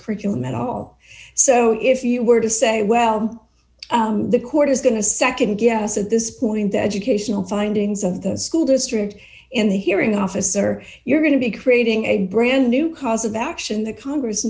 curriculum at all so if you were to say well the court is going to nd guess at this point the educational findings of the school district in the hearing officer you're going to be creating a brand new cause of action the congress